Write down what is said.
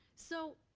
so.